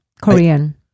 korean